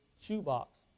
shoebox